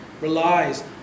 relies